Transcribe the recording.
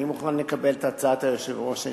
אני מוכן לקבל את הצעת היושב-ראש.